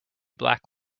black